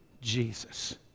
Jesus